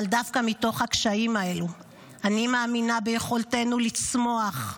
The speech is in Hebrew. אבל דווקא מתוך הקשיים האלו אני מאמינה ביכולתנו לצמוח,